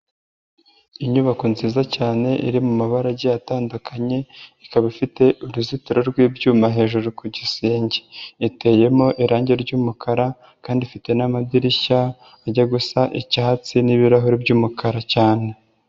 Inyubako nziza cyane iri mu mabara agiye atandukanye, ikaba ifite uruzitiro rw'ibyuma hejuru ku gisenge. Iteyemo irangi ry'umukara kandi ifite n'amadirishya ajya gusa icyatsi n'ibirahuri by'umukara cyane.